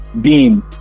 beam